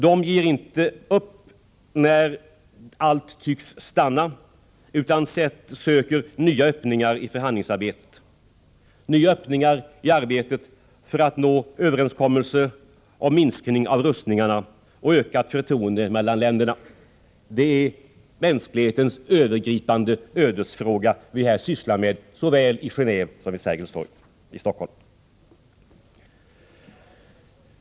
De ger inte tappt när allt tycks stanna upp, utan söker nya öppningar i förhandlingsarbetet för att nå överenskommelse om minskning av rustningarna och skapa ökat förtroende mellan länderna. Det är mänsklighetens övergripande ödesfråga vi här arbetar med såväl i Geneve som vid Sergels torg i Stockholm.